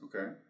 Okay